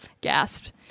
gasped